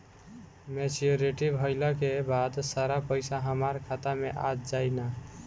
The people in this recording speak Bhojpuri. मेच्योरिटी भईला के बाद सारा पईसा हमार खाता मे आ जाई न?